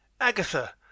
Agatha